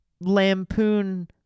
lampoon